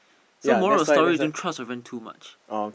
so moral of the story don't trust your friend too much